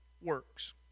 works